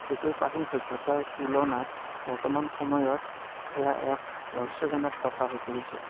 যিটো প্ৰাচীন সভ্যতাৰ তুলনাত বৰ্তমান সময়ত সেয়া এক ৰহস্যজনক কথা হৈ পৰিছে